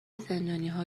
زندانیها